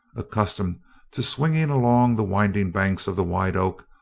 accustomed to swinging along the winding banks of the white oak,